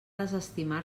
desestimar